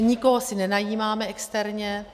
Nikoho si nenajímáme externě.